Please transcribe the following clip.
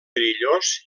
perillós